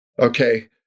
okay